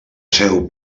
seu